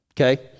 okay